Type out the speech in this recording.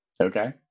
Okay